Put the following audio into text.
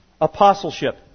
apostleship